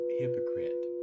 hypocrite